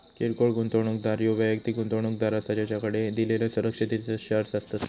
किरकोळ गुंतवणूकदार ह्यो वैयक्तिक गुंतवणूकदार असता ज्याकडे दिलेल्यो सुरक्षिततेचो शेअर्स असतत